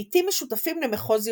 לעיתים משותפים למחוז ירושלים.